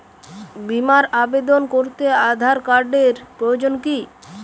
বিমার আবেদন করতে আধার কার্ডের প্রয়োজন কি?